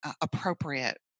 appropriate